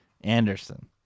Anderson